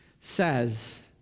says